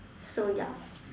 so ya